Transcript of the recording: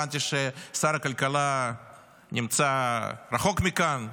הבנתי ששר הכלכלה נמצא רחוק מכאן,